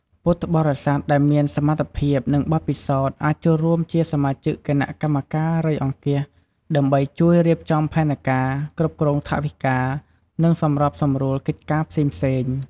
ពុទ្ធបរិស័ទដែលមានសមត្ថភាព និងបទពិសោធន៍ អាចចូលរួមជាសមាជិកគណៈកម្មការរៃអង្គាស ដើម្បីជួយរៀបចំផែនការ គ្រប់គ្រងថវិកា និងសម្របសម្រួលកិច្ចការផ្សេងៗ។